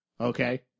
Okay